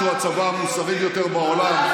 שהוא הצבא המוסרי ביותר בעולם,